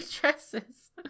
dresses